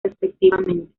respectivamente